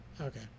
okay